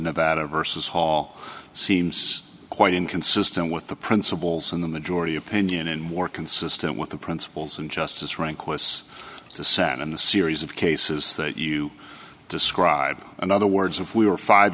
nevada vs hall seems quite inconsistent with the principles in the majority opinion and more consistent with the principles and justice rehnquist's sent in the series of cases that you describe in other words if we were five